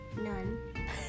None